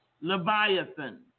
Leviathan